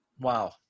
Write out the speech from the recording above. wow